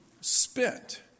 spent